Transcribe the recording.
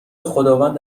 خداوند